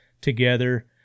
together